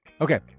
Okay